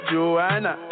Joanna